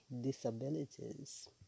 disabilities